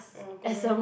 or good meh